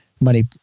money